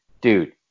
dude